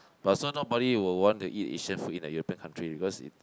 but so nobody will want to eat Asian food in a European country because it